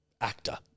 actor